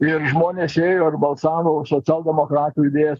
ir žmonės ėjo ir balsavo už socialdemokratų idėjas